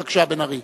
בבקשה, בן-ארי.